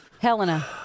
Helena